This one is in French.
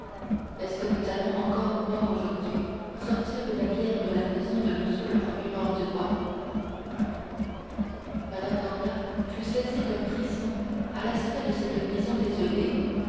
est-ce que nous allons encore voir aujourd'hui sortir une bière de la maison de m le procureur du roi mme danglars fut saisie d'un frisson à l'aspect de cette maison désolée